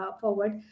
forward